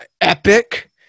epic